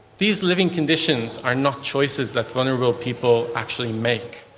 these living conditions are not choices that vulnerable people actually make.